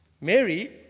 Mary